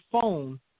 phone